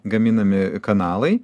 gaminami kanalai